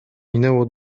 minęło